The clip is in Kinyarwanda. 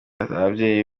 ababyeyi